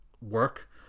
work